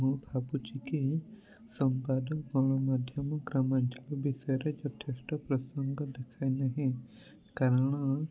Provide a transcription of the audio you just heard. ମୁଁ ଭାବୁଛି କି ସମ୍ବାଦ ଗଣମାଧ୍ୟମ ଗ୍ରାମାଞ୍ଚଳ ବିଷୟରେ ଯଥେଷ୍ଟ ପ୍ରସଙ୍ଗ ଦେଖାଇନାହିଁ କାରଣ